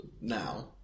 now